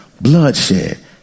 bloodshed